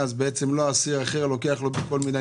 אז בעצם לא אסיר אחר לוקח לו כל מיני,